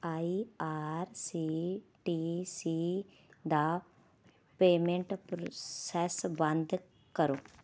ਆਈ R C T C ਦਾ payment process ਬੰਦ ਕਰੋ